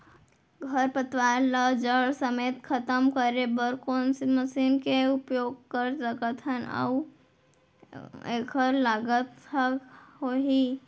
खरपतवार ला जड़ समेत खतम करे बर कोन से मशीन के उपयोग कर सकत हन अऊ एखर लागत का होही?